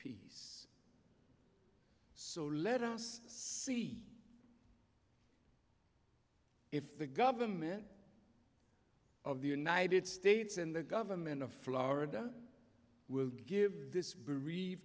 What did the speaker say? peace so let us see if the government of the united states and the government of florida will give this bere